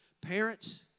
Parents